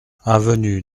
avenue